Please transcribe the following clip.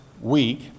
week